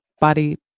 body